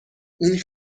این